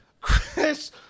Chris